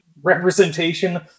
representation